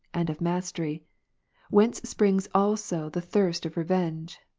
and of mastery whence springs also the thirst of revenge.